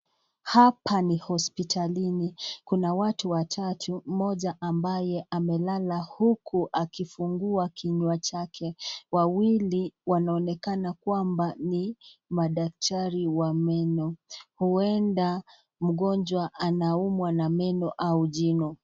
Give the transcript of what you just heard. Hapa ni hospitalini kuna watu watatu, mmoja ambaye amelala huku akifungua kinywa chake wawili wanaonekana kwamba ni madaktari wa meno huenda mgonjwa anaumwa na meno au jino.